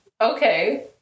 Okay